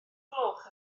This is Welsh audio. gloch